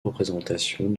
représentation